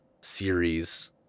series